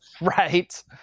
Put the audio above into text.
right